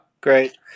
Great